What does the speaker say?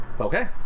Okay